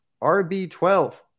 RB12